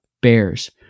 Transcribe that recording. Bears